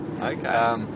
Okay